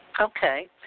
Okay